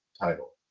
title